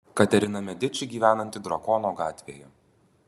katerina mediči gyvenanti drakono gatvėje